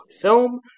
Film